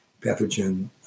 pathogen